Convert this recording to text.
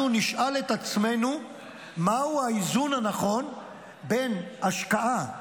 אנחנו נשאל את עצמנו מהו האיזון הנכון בין השקעה במחיר,